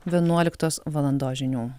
vienuoliktos valandos žinių